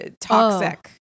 toxic